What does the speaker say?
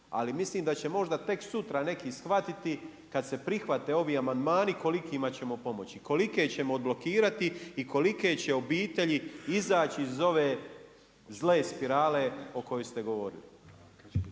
Ali mislim da će možda tek sutra neki shvatiti kada se prihvate ovi amandmani kolikima ćemo pomoći, kolike ćemo odblokirati i kolike će obitelji izaći iz ove zle spirale o kojoj ste govorili.